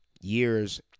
years